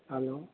hello